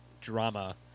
drama